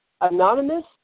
anonymous